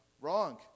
Wrong